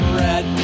red